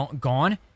gone